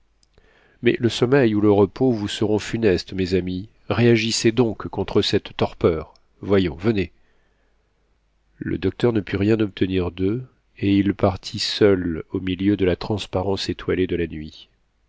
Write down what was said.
mais le sommeil ou le repos vous seront funestes mes amis réagissez donc contre cette torpeur voyons venez le docteur ne put rien obtenir d'eux et il partit seul au milieu de la transparence étoilée de la nuit